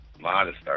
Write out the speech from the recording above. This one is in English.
Modest